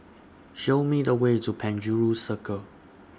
Show Me The Way to Penjuru Circle